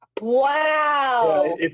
Wow